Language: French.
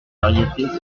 variétés